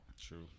True